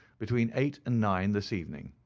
between eight and nine this evening.